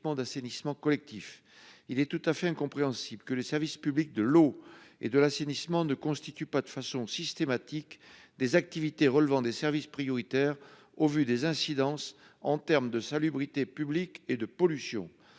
d'assainissement collectif. Il est tout à fait incompréhensible que les services publics de l'eau et de l'assainissement ne constituent pas, de façon systématique, des activités relevant des services prioritaires, au vu des incidences en termes de salubrité publique et de pollution.